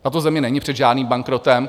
Tato země není před žádným bankrotem.